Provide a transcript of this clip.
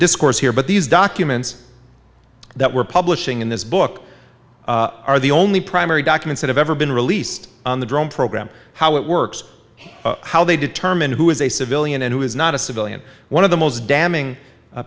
discourse here but these documents that we're publishing in this book are the only primary documents i have ever been released on the drone program how it works how they determine who is a civilian and who is not a civilian one of the most damning